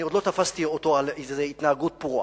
עוד לא תפסתי אותו על התנהגות פרועה,